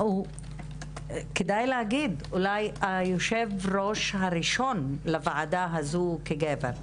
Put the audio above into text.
כדאי להגיד שהוא אולי היושב-ראש הראשון לוועדה הזו כגבר.